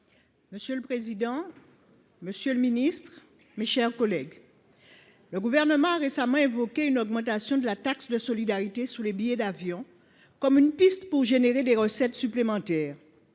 Monsieur le président, monsieur le ministre, mes chers collègues, le Gouvernement a récemment évoqué une augmentation de la taxe de solidarité sur les billets d’avion comme une piste pour percevoir des recettes supplémentaires.